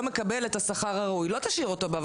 מקבל את השכר הראוי לא תשאיר אותו בעבודה.